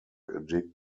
addict